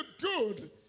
good